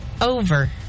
over